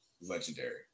legendary